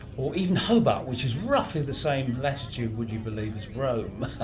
or even hobart which is roughly the same latitude, would you believe, as rome,